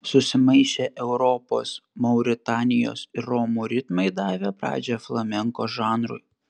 susimaišę europos mauritanijos ir romų ritmai davė pradžią flamenko žanrui